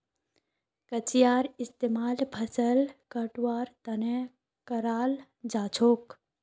कचियार इस्तेमाल फसल कटवार तने कराल जाछेक